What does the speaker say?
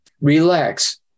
relax